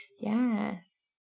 Yes